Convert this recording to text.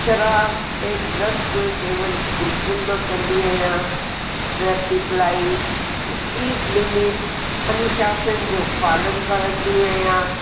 शराब ऐं ड्रग्स जो सेवन बिल्कुलु न कंदी आहियां ट्रेफ़िक लाइट स्पीड लिमिट अनुशासन जो पालन करंदी आहियां